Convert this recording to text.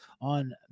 on